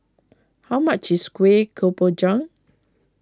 how much is Kuih Kemboja